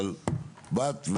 אבל באת,